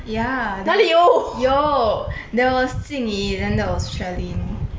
ya 有 there was jing yi then there was charlene